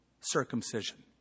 circumcision